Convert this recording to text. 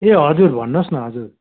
ए हजुर भन्नुहोस् न हजुर